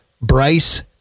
Bryce